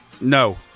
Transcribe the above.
No